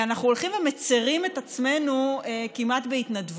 אנחנו הולכים ומצירים את עצמנו כמעט בהתנדבות.